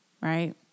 Right